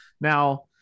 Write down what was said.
Now